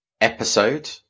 episode